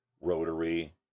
Rotary